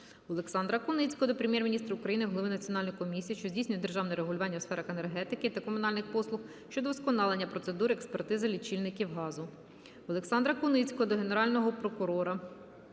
Олександра Куницького до Прем'єр-міністра України, голови Національної комісії, що здійснює державне регулювання у сферах енергетики та комунальних послуг щодо вдосконалення процедур експертизи лічильників газу. Олександра Куницького до Генерального прокурора,